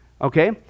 Okay